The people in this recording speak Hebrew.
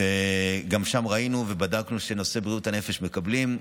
גם שם ראינו ובדקנו שנושא בריאות הנפש מקבלים.